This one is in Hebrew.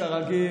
כרגיל,